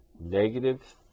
negative